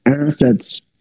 assets